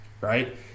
right